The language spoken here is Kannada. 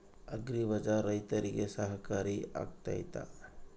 ಅಗ್ರಿ ಬಜಾರ್ ರೈತರಿಗೆ ಸಹಕಾರಿ ಆಗ್ತೈತಾ?